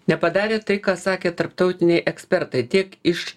nepadarė tai ką sakė tarptautiniai ekspertai tiek iš